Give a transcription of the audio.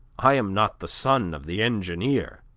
i am not the son of the engineer.